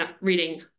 reading